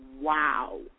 wow